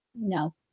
No